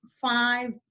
five